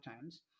Times